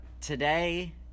Today